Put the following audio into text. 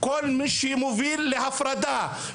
כל מי שמוביל להפרדה,